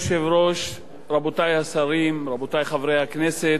אדוני היושב-ראש, רבותי השרים, רבותי חברי הכנסת,